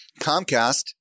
Comcast